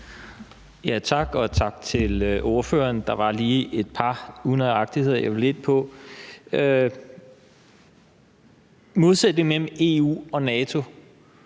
(V): Tak, og tak til ordføreren. Der var lige et par unøjagtigheder, jeg vil ind på. Modsætningen mellem EU og NATO